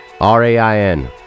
r-a-i-n